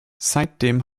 seitdem